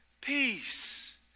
peace